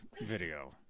video